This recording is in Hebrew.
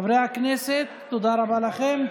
חברי הכנסת, תודה רבה לכם.